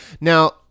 Now